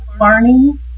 learning